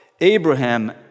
Abraham